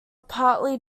partly